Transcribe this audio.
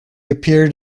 appeared